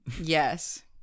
Yes